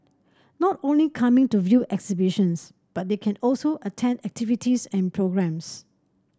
not only coming to view exhibitions but they can also attend activities and programmes